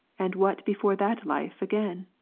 and what before that life again,